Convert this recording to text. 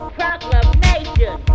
proclamation